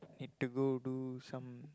need to go do some